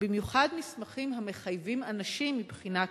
במיוחד מסמכים המחייבים אנשים מבחינה כספית.